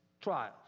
trials